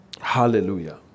hallelujah